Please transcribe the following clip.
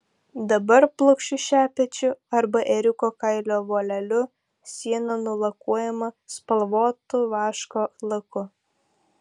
dabar plokščiu šepečiu arba ėriuko kailio voleliu siena nulakuojama spalvotu vaško laku